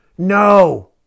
No